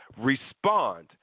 Respond